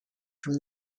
from